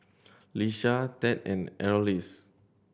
Iesha Tad and Arlis